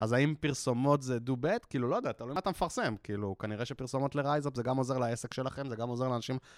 אז האם פרסומות זה דו-בט? כאילו, לא יודע, תלוי מה אתה מפרסם. כאילו, כנראה שפרסומות ל-RiseUp זה גם עוזר לעסק שלכם, זה גם עוזר לאנשים...